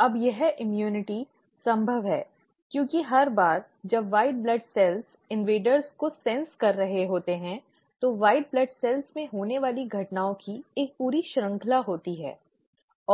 अब यह प्रतिरक्षा संभव है क्योंकि हर बार जब सफेद रक्त कोशिकाओं आक्रमणकारियों को समझ रही होती हैं तो सफेद रक्त कोशिकाओं में होने वाली घटनाओं की एक पूरी श्रृंखला होती है